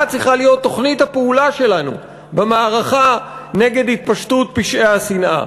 מה צריכה להיות תוכנית הפעולה שלנו במערכה נגד התפשטות פשעי השנאה?